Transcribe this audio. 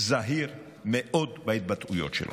זהיר מאוד בהתבטאויות שלו.